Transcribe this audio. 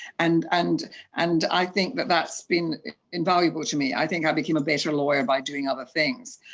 and and and i think that that's been invaluable to me. i think i became a better lawyer by doing other things.